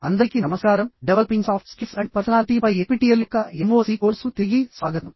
అందరికీ నమస్కారం developing soft skills and personality పై ఎన్పిటిఇఎల్ యొక్క ఎంఓఓసి NPTEL s MOOC కోర్సుకు తిరిగి స్వాగతం